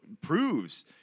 proves